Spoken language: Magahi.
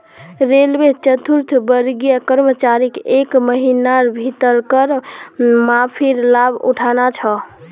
रेलवे चतुर्थवर्गीय कर्मचारीक एक महिनार भीतर कर माफीर लाभ उठाना छ